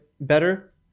better